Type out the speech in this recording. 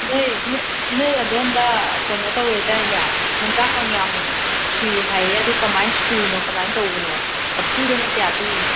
ꯅꯣꯏ ꯅꯣꯏ ꯑꯗꯣꯝꯗ ꯀꯩꯅꯣ ꯇꯧꯋꯦꯗꯥꯏꯅꯦ ꯍꯦꯟꯇꯥꯛꯀ ꯌꯥꯝ ꯁꯨꯏ ꯍꯥꯏꯌꯦ ꯑꯗꯨ ꯀꯃꯥꯏꯅ ꯁꯨꯔꯤꯅꯣ ꯀꯃꯥꯏꯅ ꯇꯧꯕꯅꯣ ꯆꯐꯨꯗꯅ ꯀꯌꯥ ꯄꯤꯔꯤꯅꯣ